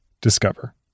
Discover